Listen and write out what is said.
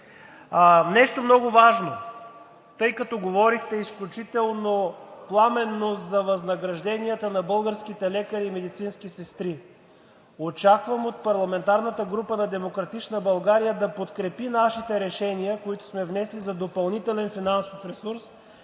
Нещо много важно. Тъй като говорихте изключително пламенно за възнагражденията на българските лекари и медицински сестри. Очаквам от парламентарната група на „Демократична България“ да подкрепи нашите решения, които сме внесли за допълнителен финансов ресурс,